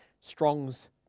Strong's